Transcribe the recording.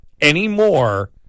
anymore